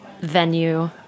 venue